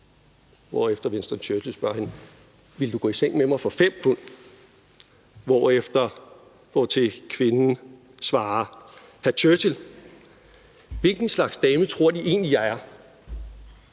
Churchill, hvilken slags dame tror De egentlig jeg er?